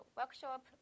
workshop